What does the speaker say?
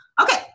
Okay